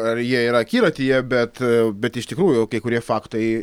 ar jie yra akiratyje bet bet iš tikrųjų kai kurie faktai